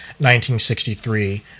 1963